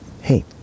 hey